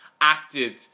acted